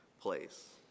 place